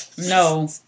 No